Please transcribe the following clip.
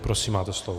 Prosím, máte slovo.